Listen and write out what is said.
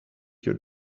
your